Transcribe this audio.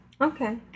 Okay